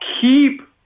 keep